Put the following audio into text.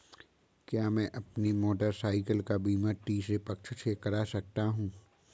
क्या मैं अपनी मोटरसाइकिल का बीमा तीसरे पक्ष से करा सकता हूँ?